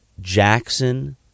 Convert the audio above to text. Jackson